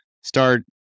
start